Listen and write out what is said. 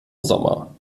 sommer